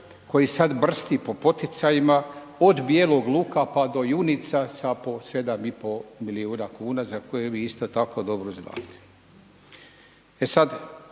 koji sad brsti po poticajima od bijelog luka pa do junica sa po 7,5 milijuna kuna za koje vi isto tako dobro znate.